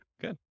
Good